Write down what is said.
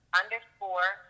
underscore